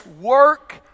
work